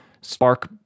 Spark